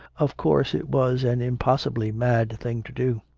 of course it was an impossibly mad thing to do.